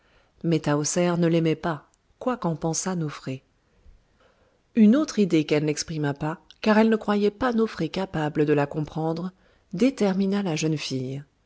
mais tahoser ne l'aimait pas quoi qu'en pensât nofré une autre idée qu'elle n'exprima pas car elle ne croyait pas nofré capable de la comprendre détermina la jeune fille